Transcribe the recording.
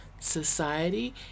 society